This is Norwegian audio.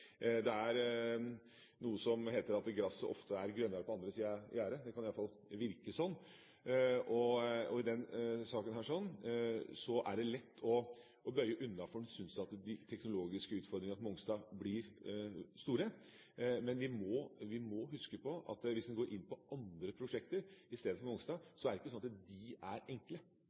Det er noe som heter at gresset ofte er grønnere på den andre sida av gjerdet – det kan iallfall virke slik – og i denne saken er det lett å bøye unna fordi en syns at de teknologiske utfordringene på Mongstad blir store. Men vi må huske på at hvis vi går inn på andre prosjekter istedenfor Mongstad, er det ikke slik at de er enkle.